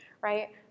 right